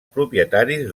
propietaris